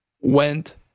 went